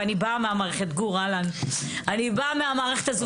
ואני מהמערכת הזו ואני יודעת.